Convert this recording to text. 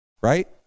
Right